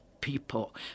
people